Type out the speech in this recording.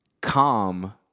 calm